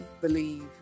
believe